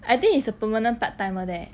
I think he's a permanent part timer there